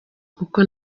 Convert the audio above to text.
kuko